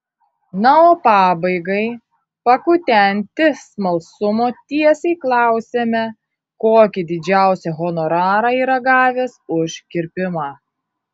na o pabaigai pakutenti smalsumo tiesiai klausiame kokį didžiausią honorarą yra gavęs už kirpimą